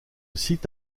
site